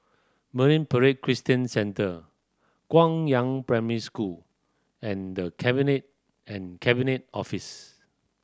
Marine Parade Christian Centre Guangyang Primary School and The Cabinet and Cabinet Office